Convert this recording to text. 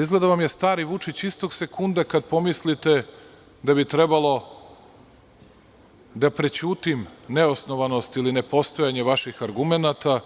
Izgleda vam stari Vučić istog sekunda kada pomislite da bi trebalo da prećutim neosnovanost ili nepostojanje vaših argumenata,